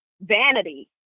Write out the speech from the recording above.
vanity